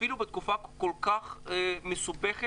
אפילו בתקופה כל כך מסובכת,